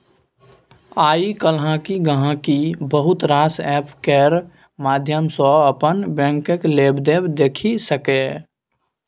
आइ काल्हि गांहिकी बहुत रास एप्प केर माध्यम सँ अपन बैंकक लेबदेब देखि सकैए